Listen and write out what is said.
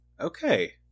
Okay